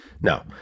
no